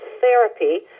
therapy